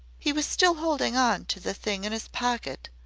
he was still holding on to the thing in his pocket,